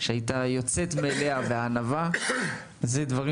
שהייתה יוצאת מאליה בענווה - כל אלה דברים